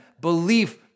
Belief